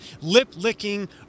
lip-licking